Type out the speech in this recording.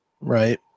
Right